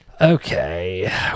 okay